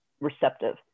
receptive